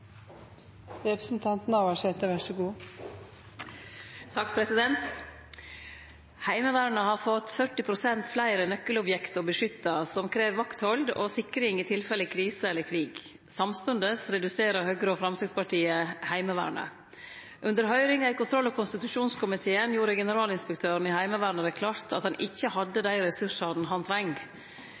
krev vakthold og sikring i tilfelle krise eller krig. Samstundes reduserer Høgre og Framstegspartiet Heimevernet. Under høyringa i kontroll- og konstitusjonskomiteen gjorde generalinspektøren i Heimevernet det klart at han ikkje hadde dei ressursane han